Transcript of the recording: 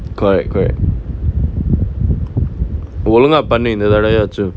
correct correct ஒழுங்கா பண்ணு இந்த தடவயாச்சு:olungaa pannu intha thadavayaachu